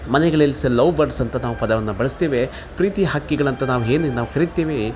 ಮನೆಗಳಲ್ಲಿ ಸಹ love birds ಅಂತ ನಾವು ಪದವನ್ನು ಬಳಸ್ತೇವೆ ಪ್ರೀತಿ ಹಕ್ಕಿಗಳು ಅಂತ ನಾವು ಏನೇನು ನಾವು ಕರಿತೇವೇ